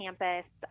campus